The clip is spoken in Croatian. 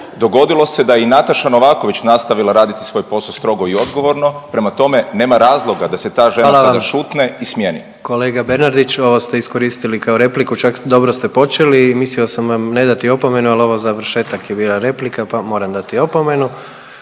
dogodilo se da je i Nataša Novaković nastavila raditi svoj posao strogo i odgovorno, prema tome, nema razloga se ta žena sada šutne i smjeni. **Jandroković, Gordan (HDZ)** Hvala vam. Kolega Bernardić, ovo ste iskoristili kao repliku, čak dobro ste počeli, mislio sam vam ne dati opomenu, ali ovo završetak je bila replika pa moram dati opomenu.